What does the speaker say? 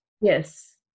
Yes